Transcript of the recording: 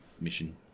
mission